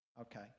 Okay